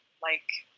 like?